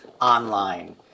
online